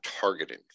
targeting